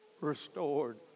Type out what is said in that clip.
restored